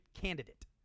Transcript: candidate